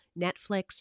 Netflix